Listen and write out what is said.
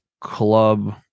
Club